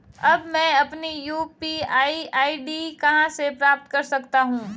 अब मैं अपनी यू.पी.आई आई.डी कहां से प्राप्त कर सकता हूं?